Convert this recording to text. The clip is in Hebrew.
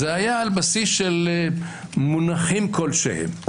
זה היה על בסיס של מונחים כלשהם.